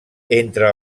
entre